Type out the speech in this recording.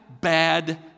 bad